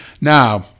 Now